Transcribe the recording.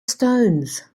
stones